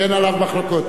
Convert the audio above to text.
שאין עליו מחלוקות.